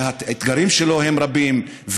שהאתגרים שלו הם רבים,